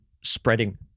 spreading